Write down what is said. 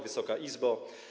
Wysoka Izbo!